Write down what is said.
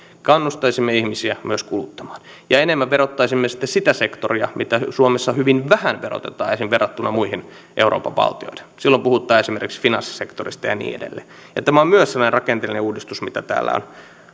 kannustaisimme ihmisiä myös kuluttamaan ja enemmän verottaisimme sitten sitä sektoria mitä suomessa hyvin vähän verotetaan esimerkiksi verrattuna muihin euroopan valtioihin silloin puhutaan esimerkiksi finanssisektorista ja niin edelleen tämä on myös sellainen rakenteellinen uudistus mitä täällä on